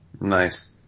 nice